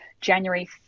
January